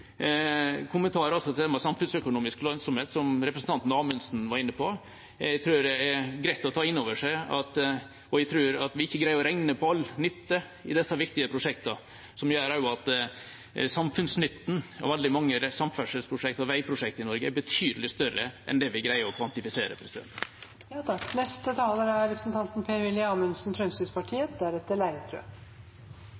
Til slutt en liten kommentar til det med samfunnsøkonomisk lønnsomhet som representanten Amundsen var inne på. Jeg tror det er greit å ta inn over seg at vi ikke greier å regne på all nytte i disse viktige prosjektene fordi samfunnsnytten i veldig mange av samferdselsprosjektene og veiprosjektene i Norge er betydelig større enn vi klarer å kvantifisere. Per-Willy Amundsen [19:52:20]: Det siste er